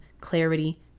clarity